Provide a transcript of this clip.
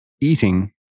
Eating